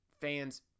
fans